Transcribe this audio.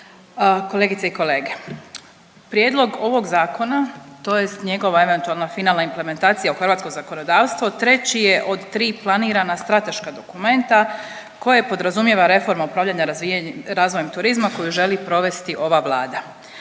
kolegice i kolege. Prijedlog ovog Zakona tj. njegova eventualna finalna implementacija u hrvatsko zakonodavstvo treći je od 3 planirana strateška dokumenta koji podrazumijeva reformu upravljanja razvojem turizma koji želi provesti ova Vlada.